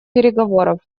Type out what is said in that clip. переговоров